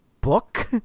book